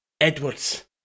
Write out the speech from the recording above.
Edwards